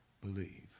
believe